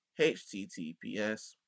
https